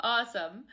Awesome